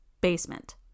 basement